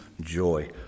joy